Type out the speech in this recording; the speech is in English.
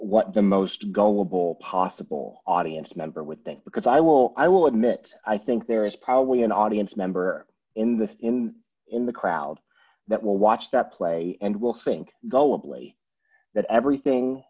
what the most gullible possible audience member with think because i will i will admit i think there is probably an audience member in the in in the crowd that will watch the play and will think gullibly that everything